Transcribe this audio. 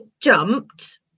jumped